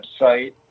website